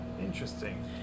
interesting